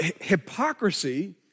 hypocrisy